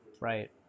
Right